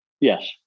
Yes